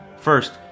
First